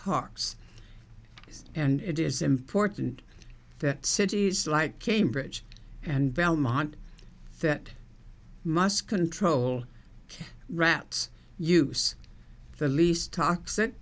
yes and it is important that cities like cambridge and belmont that must control rats use the least toxi